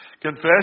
Confess